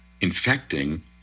infecting